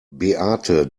beate